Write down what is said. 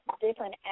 different